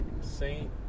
saint